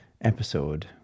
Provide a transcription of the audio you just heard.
episode